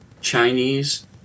Chinese